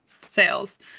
sales